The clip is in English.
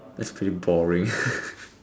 that's pretty boring